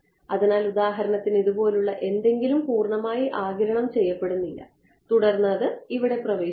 അതിനാൽ ഉദാഹരണത്തിന് ഇതുപോലുള്ള എന്തെങ്കിലും പൂർണ്ണമായി ആഗിരണം ചെയ്യപ്പെടുന്നില്ല തുടർന്ന് അത് ഇവിടെ പ്രവേശിക്കുന്നു